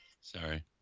Sorry